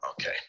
okay